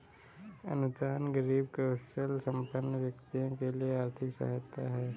अनुदान गरीब कौशलसंपन्न व्यक्तियों के लिए आर्थिक सहायता है